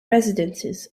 residences